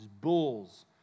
bulls